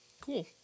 cool